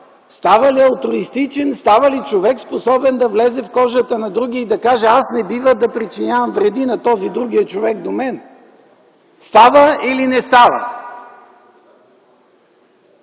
става ли алтруистичен, става ли човек, способен да влезе в кожата на другия и да каже: „Аз не бива да причинявам вреди на този, на другия човек до мен!” Става или не става?